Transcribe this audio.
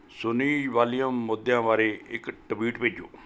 ਸੁਨੀ volume ਮੁੱਦਿਆ ਬਾਰੇ ਇੱਕ ਟਵੀਟ ਭੇਜੋ